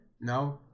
No